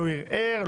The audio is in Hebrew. לא ערער,